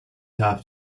have